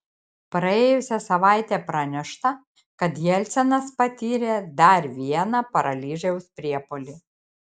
praėjusią savaitę pranešta kad jelcinas patyrė dar vieną paralyžiaus priepuolį